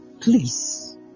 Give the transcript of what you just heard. Please